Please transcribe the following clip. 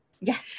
Yes